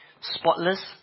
spotless